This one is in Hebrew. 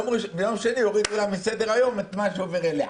ביום שני הורידו לה מסדר-היום את מה שעובר אליה.